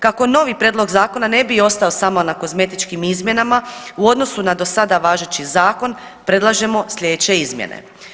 Kako novi prijedlog zakona ne bi ostao samo na kozmetičkim izmjenama u odnosu na dosada važeći zakon predlažemo slijedeće izmjene.